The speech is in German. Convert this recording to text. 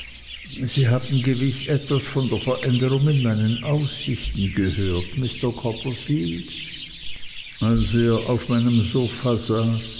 sie haben gewiß etwas von der veränderung in meinen aussichten gehört mister copperfield als er auf meinem sofa saß